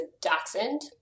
dachshund